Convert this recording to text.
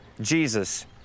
Jesus